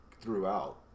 throughout